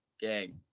gang